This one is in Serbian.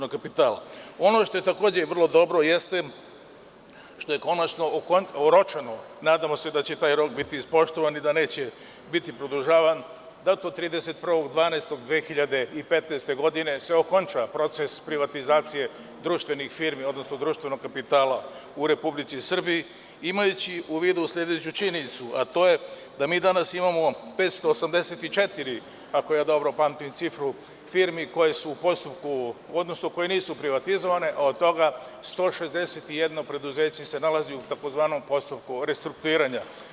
Ono što je takođe vrlo dobro jeste što je konačno oročeno i nadamo se da će taj rok biti ispoštovan i da neće biti produžavan da do 31. 12. 2015. godine se okonča proces privatizacije društvenih firmi, odnosno društvenog kapitala u Republici Srbiji imajući u vidu sledeću činjenicu, a to je da mi danas imamo 584, ako dobro pamtim cifre, firme koje nisu privatizovane, a od toga 161 preduzeće se nalazi u tzv. postupku restrukturiranja.